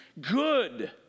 good